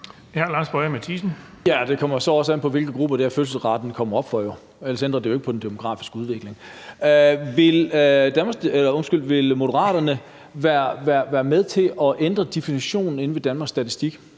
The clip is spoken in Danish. Ja, og det kommer så også an på, hvilke grupper det er, fødselsraten kommer op for. Ellers ændrer det jo ikke på den demografiske udvikling. Vil Moderaterne være med til at ændre definitionen inde ved Danmarks Statistik?